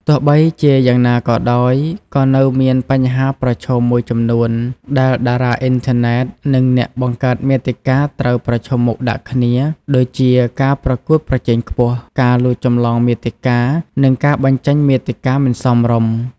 ទោះបីជាយ៉ាងណាក៏ដោយ ក៏នៅមានបញ្ហាប្រឈមមួយចំនួនដែលតារាអុីនធឺណិត និងអ្នកបង្កើតមាតិកាត្រូវប្រឈមមុខដាក់គ្នាដូចជា ការប្រកួតប្រជែងខ្ពស់ ការលួចចម្លងមាតិកា និងការបញ្ចេញមាតិកាមិនសមរម្យ។